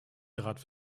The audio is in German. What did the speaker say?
grad